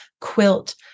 quilt